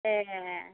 ए